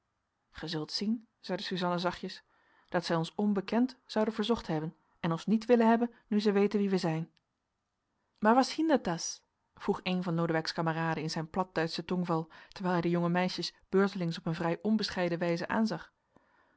zult zien zeide suzanna zachtjes dat zij ons onbekend zouden verzocht hebben en ons niet willen hebben nu zij weten wie wij zijn maar was hiendert das vroeg een van lodewijks kameraden in zijn platduitschen tongval terwijl hij de jonge meisjes beurtelings op een vrij onbescheiden wijze aanzag